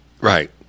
Right